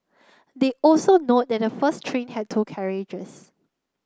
they also note that the first train had two carriages